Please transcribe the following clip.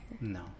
No